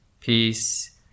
peace